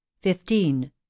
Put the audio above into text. fifteen